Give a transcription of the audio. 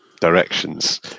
directions